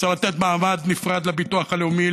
צריך לתת מעמד נפרד לביטוח הלאומי.